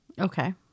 Okay